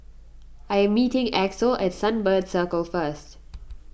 I am meeting Axel at Sunbird Circle first